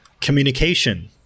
Communication